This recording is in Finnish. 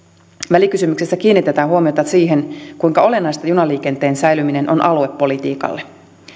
välikysymyksessä kiinnitetään huomiota siihen kuinka olennaista junaliikenteen säilyminen on aluepolitiikalle